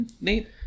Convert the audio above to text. Nate